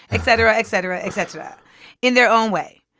et cetera, et cetera, et cetera in their own way.